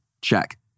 check